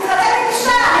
הוא התחתן עם אישה,